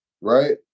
right